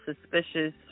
suspicious